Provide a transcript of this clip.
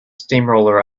steamroller